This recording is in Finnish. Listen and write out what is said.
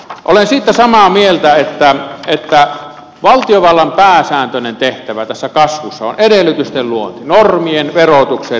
olen siitä samaa mieltä että valtiovallan pääsääntöinen tehtävä tässä kasvussa on edellytysten luominen normien verotuksen